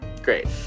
Great